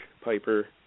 Piper